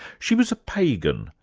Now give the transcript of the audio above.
she was a pagan,